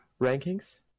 rankings